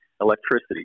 electricity